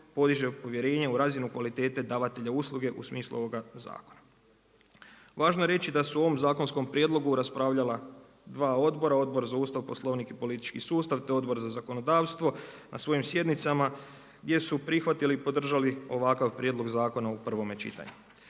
podiže povjerenje u razinu kvalitete davatelja usluge u smislu ovoga zakona. Važno je reći da su o ovom zakonskom prijedlogu raspravljala dva odbora, Odbor za Ustav, Poslovnik i politički sustav te Odbor za zakonodavstvo na svojim sjednicama gdje su prihvatili i podržati ovakav prijedlog zakona u prvome čitanju.